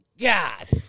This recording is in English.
God